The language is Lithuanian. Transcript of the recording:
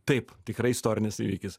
taip tikrai istorinis įvykis